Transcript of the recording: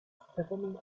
performing